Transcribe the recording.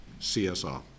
CSR